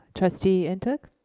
trustee and ntuk?